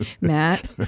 Matt